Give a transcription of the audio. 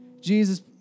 Jesus